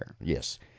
yes